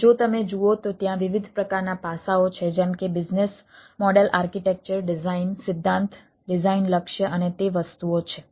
અને જો તમે જુઓ તો ત્યાં વિવિધ પ્રકારના પાસાઓ છે જેમ કે બિઝનેસ મોડેલ આર્કિટેક્ચર સિદ્ધાંત ડિઝાઇન લક્ષ્ય અને તે વસ્તુઓ છે